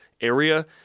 area